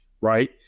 right